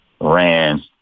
ran